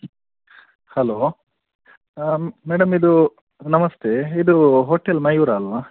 hello madam ಇದು ನಮಸ್ತೆ ಇದು hotel Mayura ಅಲ್ಲವ